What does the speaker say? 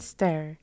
Stir